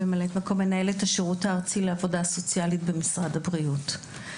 מ"מ מנהלת השירות הארצי לעבודה סוציאלית במשרד הבריאות.